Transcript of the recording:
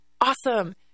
awesome